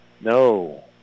No